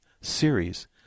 series